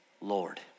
Lord